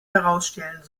herausstellen